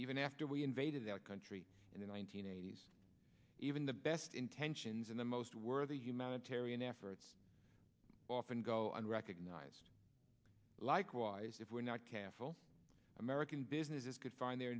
even after we invaded that country in the one nine hundred eighty s even the best intentions and the most worthy humanitarian efforts often go unrecognised likewise if we're not careful american businesses could find their